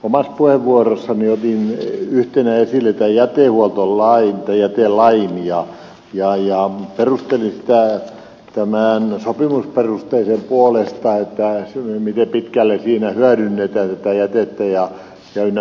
omassa puheenvuorossani otin yhtenä esille jätelain ja perustelin sitä sopimusperusteisen puolesta miten pitkälle siinä hyödynnetään jätettä ynnä muuta